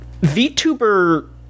VTuber